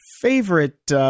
favorite